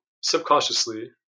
subconsciously